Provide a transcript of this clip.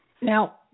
Now